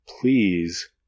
please